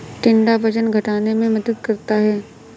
टिंडा वजन घटाने में मदद करता है